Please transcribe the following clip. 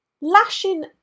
Lashing